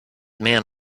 man